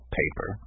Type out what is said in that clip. paper